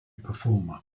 performer